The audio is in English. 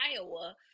Iowa